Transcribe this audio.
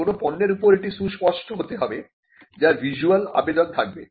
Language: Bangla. কোন পণ্যের উপর এটি সুস্পষ্ট হতে হবে যার ভিসুয়াল আবেদন থাকবে